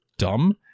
Dumb